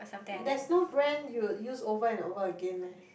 there's no brand you will use over and over again meh